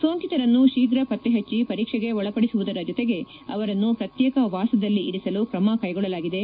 ಸೋಂಕಿತರನ್ನು ಶೀಘ ಪತ್ತೆ ಹಚ್ಚಿ ಪರೀಕ್ಷೆಗೆ ಒಳಪಡಿಸುವುದರ ಜೊತೆಗೆ ಅವರನ್ನು ಪ್ರತ್ಯೇಕ ವಾಸದಲ್ಲಿ ಇರಿಸಲು ಕ್ರಮ ಕೈಗೊಳ್ಳಲಾಗಿದೆ